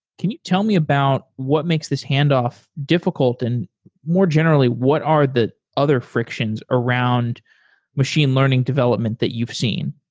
can you tell me about what makes this handoff difficult? and more generally, what are the other frictions around machine learning development that you've seen?